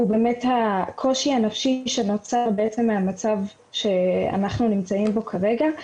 הוא באמת הקושי הנפשי שנוצר מהמצב שאנחנו נמצאים בו כרגע,